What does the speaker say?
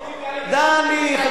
די, תאפשר לו משפט לסיום.